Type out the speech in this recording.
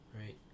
right